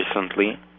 recently